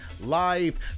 live